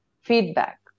feedback